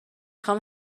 خوام